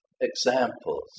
examples